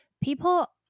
people